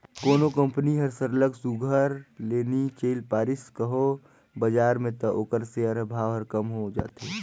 कोनो कंपनी हर सरलग सुग्घर ले नी चइल पारिस कहों बजार में त ओकर सेयर कर भाव कम हो जाथे